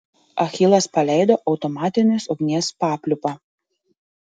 achilas paleido automatinės ugnies papliūpą